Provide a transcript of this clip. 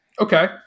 Okay